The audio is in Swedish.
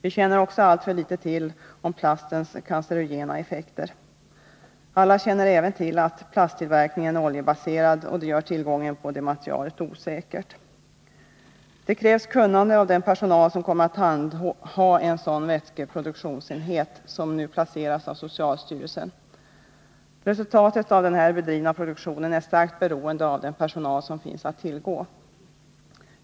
Vi känner också till alltför litet om plastens cancerogena effekter. Alla känner även till att plasttillverkningen är oljebaserad, och det gör tillgången på materialet osäker. Det krävs kunnande av den personal som kommer att handha en sådan vätskeproduktionsenhet som den som nu planeras av socialstyrelsen. Resultatet av den där bedrivna produktionen är starkt beroende av den personal som finns att tillgå.